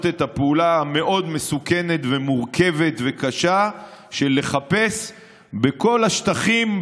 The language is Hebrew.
את הפעולה המאוד-מסוכנת ומורכבת וקשה של לחפש בכל השטחים,